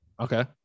okay